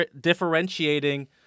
differentiating